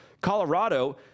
Colorado